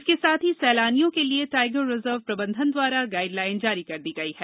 इसके साथ ही सैलानियों के लिए टाइगर रिजर्व प्रबंधन द्वारा गाइड लाइन जारी कर दी गई है